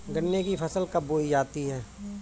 गन्ने की फसल कब बोई जाती है?